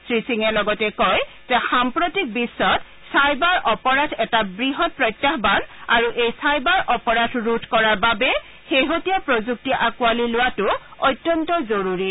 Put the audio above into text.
শ্ৰীসিঙে লগতে কয় যে সাম্প্ৰতিক বিশ্বত চাইবাৰ অপৰাধ এটা বৃহৎ প্ৰত্যাহান আৰু চাইবাৰ অপৰাধ ৰোধ কৰাৰ বাবে শেহতীয়া প্ৰযুক্তি আঁকোৱালি লোৱাটো অত্যন্ত জৰুৰী